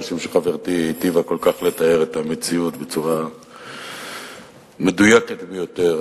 כי חברתי היטיבה כל כך לתאר את המציאות בצורה מדויקת ביותר.